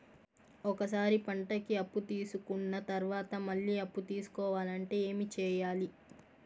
ఒక సారి పంటకి అప్పు తీసుకున్న తర్వాత మళ్ళీ అప్పు తీసుకోవాలంటే ఏమి చేయాలి?